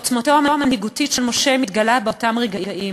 עוצמתו המנהיגותית של משה מתגלה באותם רגעים.